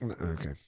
Okay